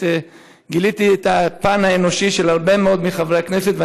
וגיליתי את הפן האנושי של הרבה מאוד מחברי הכנסת,